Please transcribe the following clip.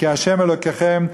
"כי ה' אלוקיכם,